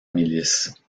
milice